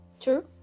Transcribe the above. true